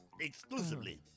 Exclusively